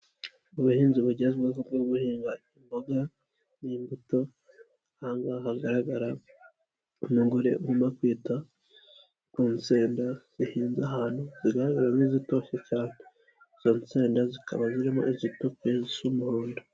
Ubuhinzi bugezweho bwo guhinga imboga n'imbuto, aha ngaha hagaragara umugore urimo kwita ku nsenda zihinze ahantu, zigaragara nk'izitoshye cyane. Izo nsenda zikaba zirimo izitukuye, zisa umuhondo.